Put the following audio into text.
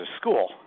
school